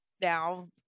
now